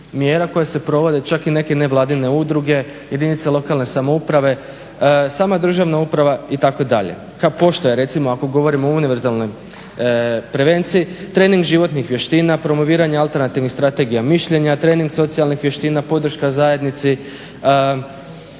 niz mjera, čak i neke nevladine udruge, jedinice lokalne samouprave, samo je državna uprava itd. …/Govornik se ne razumije./… ako govorimo o univerzalnoj prevenciji, trening životnih vještina, promoviranje alternativnih strategija mišljenja, trening socijalnih vještina, podrška zajednici,